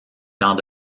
dans